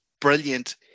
brilliant